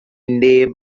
neb